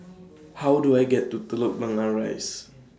How Do I get to Telok Blangah Rise